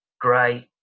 great